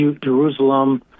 Jerusalem